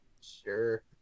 Sure